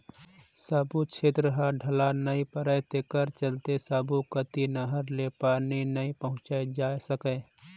सब्बो छेत्र ह ढलान नइ परय तेखर चलते सब्बो कति नहर ले पानी नइ पहुंचाए जा सकय